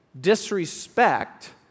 disrespect